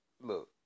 look